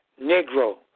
negro